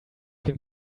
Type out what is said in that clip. been